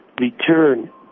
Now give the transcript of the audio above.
return